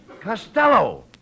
Costello